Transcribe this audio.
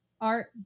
Art